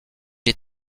est